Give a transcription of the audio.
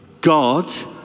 God